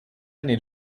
need